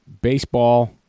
Baseball